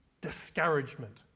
discouragement